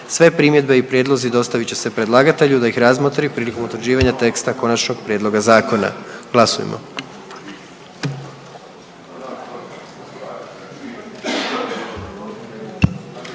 Sve primjedbe i prijedlozi dostavit će se predlagatelju da ih razmotri prilikom utvrđivanja teksta konačnog prijedloga zakona.“ Molim glasujmo.